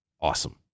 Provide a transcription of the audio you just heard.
awesome